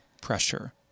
pressure